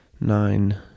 Nine